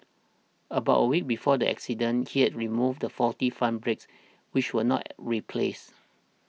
about a week before the accident he had removed the faulty front brakes which were not replaced